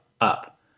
up